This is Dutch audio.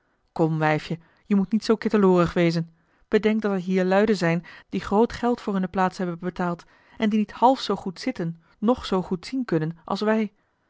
kom wijfje je moet niet zoo kitteloorig wezen bedenk dat er hier luiden zijn die groot geld voor hunne plaatsen hebben betaald en die niet half zoo goed zitten noch zoo goed zien kunnen als wij